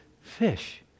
fish